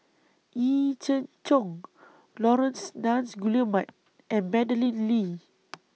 Yee Jenn Jong Laurence Nunns Guillemard and Madeleine Lee